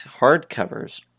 hardcovers